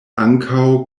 ankaŭ